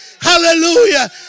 Hallelujah